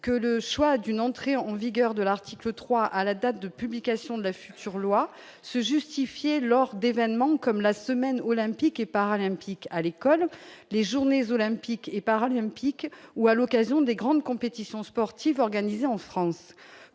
que le choix d'une entrée en vigueur de l'article 3 à la date de publication de la future loi se justifier lors d'événements comme la semaine olympique et paralympique à l'école, les journées olympiques et paralympiques ou à l'occasion des grandes compétitions sportives organisées en France